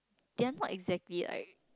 they're not exactly like